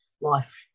Life